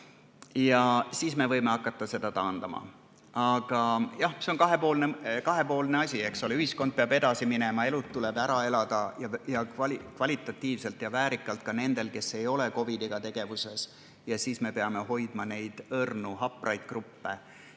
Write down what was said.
Ja siis me võime hakata piiranguid taandama. Aga jah, see on kahepoolne asi, eks ole. Ühiskond peab edasi minema, elud tuleb ära elada kvalitatiivselt ja väärikalt ka nendel, kes ei ole COVID-iga tegevuses. Ja siis me peame hoidma neid õrnu, hapraid gruppe.